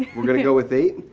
we're going to go with eight?